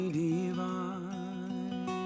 divine